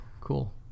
cool